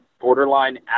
borderline